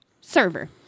Server